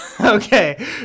okay